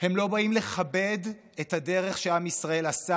הם לא באים לכבד את הדרך שעם ישראל עשה